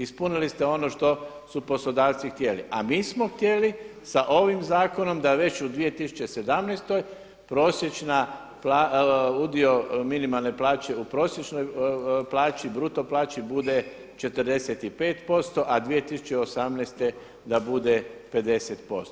Ispunili ste ono što su poslodavci htjeli, a mi smo htjeli sa ovim zakonom da već u 2017. prosječna, udio minimalne plaće u prosječnoj plaći bruto plaći bude 45%, a 2018. da bude 50%